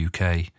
UK